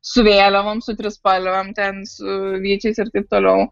su vėliavom su trispalvėm ten su vyčiais ir taip toliau